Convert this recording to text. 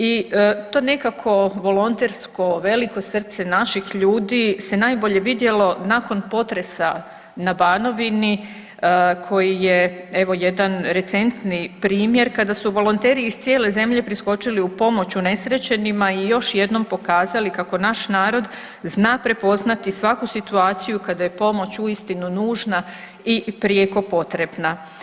I to nekako volontersko veliko srce naših ljudi se najbolje vidjelo nakon potresa na Banovini koji je evo jedan recentni primjer kada su volonteri iz cijele zemlje priskočili u pomoć unesrećenima i još jednom pokazali kako naš narod zna prepoznati svaku situaciju kada je pomoć uistinu nužna i prijeko potrebna.